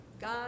God